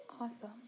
Awesome